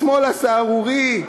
השמאל הסהרורי,